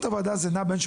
יותר.